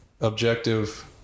objective